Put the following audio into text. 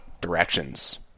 directions